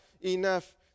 enough